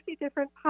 different